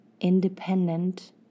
independent